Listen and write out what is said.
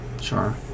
Sure